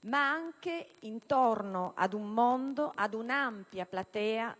ma anche intorno ad un mondo, ad un'ampia platea